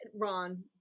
Ron